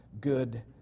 good